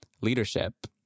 leadership